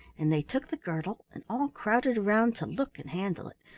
and they took the girdle and all crowded around to look and handle it,